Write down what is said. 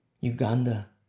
Uganda